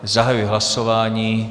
Zahajuji hlasování.